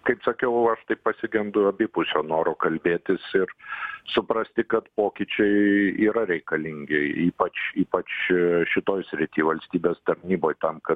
kaip sakiau aš tai pasigendu abipusio noro kalbėtis ir suprasti kad pokyčiai yra reikalingi ypač ypač šitoj srity valstybės tarnyboj tam kad